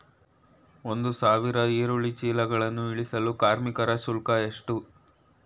ಒಂದು ಸಾವಿರ ಈರುಳ್ಳಿ ಚೀಲಗಳನ್ನು ಇಳಿಸಲು ಕಾರ್ಮಿಕರ ಶುಲ್ಕ ಎಷ್ಟು?